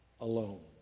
alone